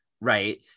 Right